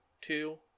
two